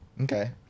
Okay